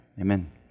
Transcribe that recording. Amen